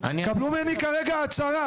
קבלו ממני כרגע הצהרה.